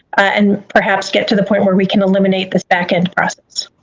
and perhaps get to the point where we can eliminate this backend process.